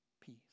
peace